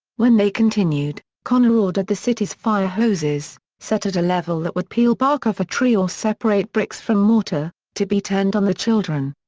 when they continued, connor ordered the city's fire hoses, set at a level that would peel bark off a tree or separate bricks from mortar, to be turned on the children.